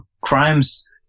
crimes